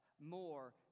more